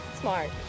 smart